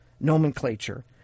nomenclature